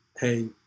hey